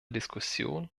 diskussion